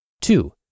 Two